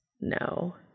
No